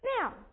Now